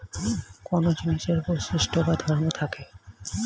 কোন জিনিসের কিছু বৈশিষ্ট্য বা ধর্ম থাকে